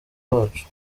wacu